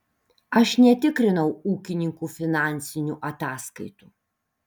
aš netikrinau ūkininkų finansinių ataskaitų